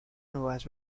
nuevas